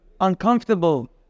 uncomfortable